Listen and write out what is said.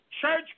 church